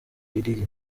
diddy